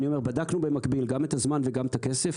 בדקנו במקביל גם את הזמן וגם את הכסף.